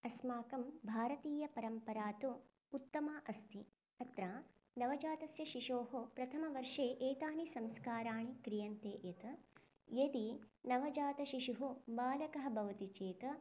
अस्माकं भारतीयपरम्परा तु उत्तमा अस्ति अत्र नवजातस्य शिशोः प्रथमवर्षे एतानि संस्काराणि क्रियन्ते यत् यदि नवजातशिशुः बालकः भवति चेत्